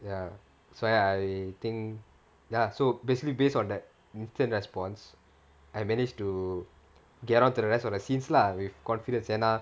ya so I think ya so basically based on that instant response I managed to get onto the rest of the scenes lah with confidence and ah